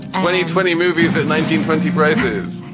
twenty, twenty movies at nineteen, twenty braises.